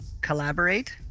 collaborate